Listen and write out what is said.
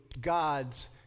God's